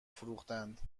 فروختند